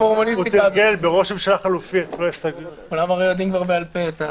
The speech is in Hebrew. כולם הרי יודעים כבר בעל פה.